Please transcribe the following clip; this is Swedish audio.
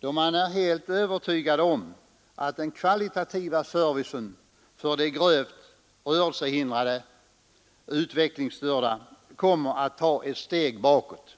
då man är helt övertygad om att den kvalitativa servicen för de gravt rörelsehindrade utvecklingsstörda kommer att ta ett steg bakåt.